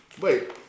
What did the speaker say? Wait